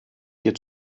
hier